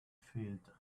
filled